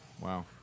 Wow